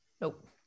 Nope